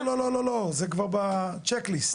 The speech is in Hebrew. לא, לא, לא, זה כבר בצ'ק ליסט.